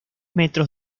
metros